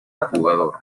jugador